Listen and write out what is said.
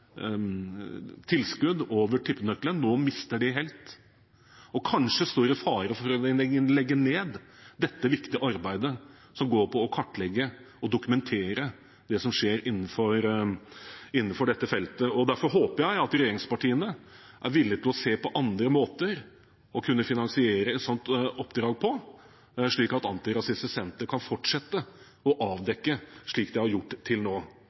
tilskudd over tippenøkkelen, nå mister det helt og kanskje står i fare for å måtte legge ned dette viktige arbeidet, som går ut på å kartlegge og dokumentere det som skjer på dette feltet. Derfor håper jeg regjeringspartiene er villige til å se på andre måter å finansiere et sånt oppdrag på, slik at Antirasistisk Senter kan fortsette å avdekke slikt de har gjort til nå.